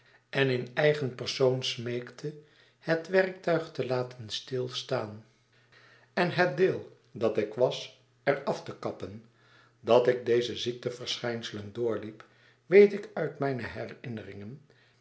en in eigen persoon smeekte het werktuig te laten stilstaan en het deel dat ik was er af te kappen dat ik deze ziekteverschijnselen doorliep weet ik uit mijne herinneringen